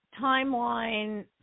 timeline